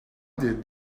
did